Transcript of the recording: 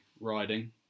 riding